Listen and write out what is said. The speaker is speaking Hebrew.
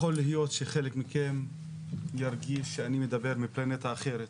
יכול להיות שחלק מכם ירגיש שאני מדבר מפלנטה אחרת.